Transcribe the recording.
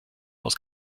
aus